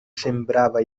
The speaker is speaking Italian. sembrava